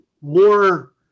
more